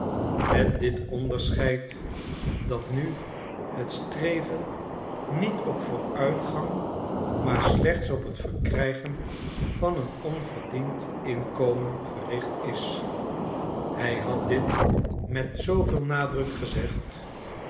met dit onderscheid dat nu het streven niet op vooruitgang maar alleen op het verkrijgen van een onverdiend inkomen gericht is hij had dit met zooveel nadruk gezegd